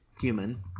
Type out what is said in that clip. Human